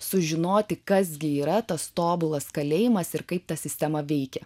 sužinoti kas gi yra tas tobulas kalėjimas ir kaip ta sistema veikia